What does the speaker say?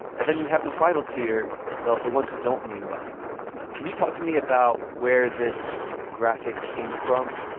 and then we have the final tier the the ones who don't mean well can you talk to me about where this graphic came from.